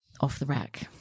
off-the-rack